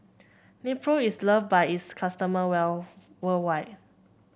Nepro is loved by its customer well worldwide